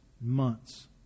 months